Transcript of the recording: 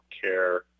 care